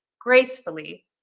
gracefully